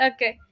Okay